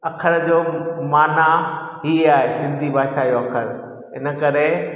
अख़र जो माना ई आहे सिंधी भाषाजो अख़र इनकरे